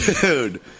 Dude